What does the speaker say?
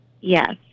Yes